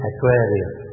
Aquarius